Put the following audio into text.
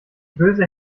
böse